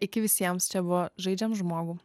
iki visiems čia buvo žaidžiam žmogų